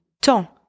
temps